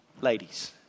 Ladies